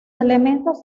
elementos